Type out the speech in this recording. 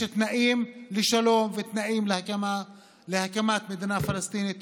יש תנאים לשלום ותנאים להקמת מדינה פלסטינית,